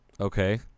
Okay